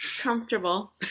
comfortable